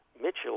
Mitchell